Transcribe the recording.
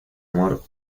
amor